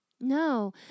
No